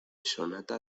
sonata